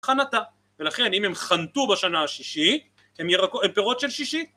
חנתה, ולכן אם הם חנתו בשנה השישי, הם פירות של שישי